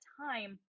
time